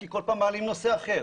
כי כל פעם מעלים נושא אחר,